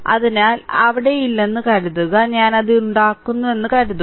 അവിടെ ഇല്ലെന്ന് കരുതുക ഞാൻ അത് ഉണ്ടാക്കുന്നുവെന്ന് കരുതുക